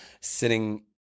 sitting